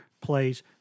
plays